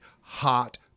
hot